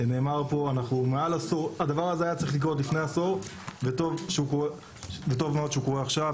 הדבר הזה היה צריך לקרות לפני עשור וטוב מאוד שהוא קורה עכשיו.